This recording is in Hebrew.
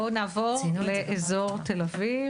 בואו נעבור לאזור תל אביב.